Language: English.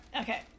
Okay